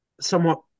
somewhat